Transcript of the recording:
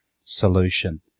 solution